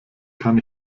kann